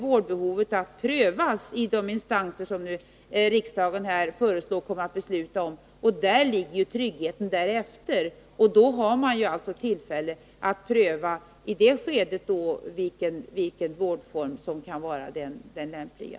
Vårdbehovet prövas sedan i de instanser som riksdagen nu föreslås fatta beslut om, dvs. socialnämnd, länsstyrelse och länsrätt. Däri ligger tryggheten. I det skedet har man tillfälle att pröva vilken vårdform som kan vara den lämpliga.